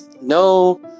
no